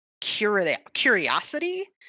curiosity